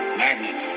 magnet